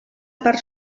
part